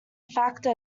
factor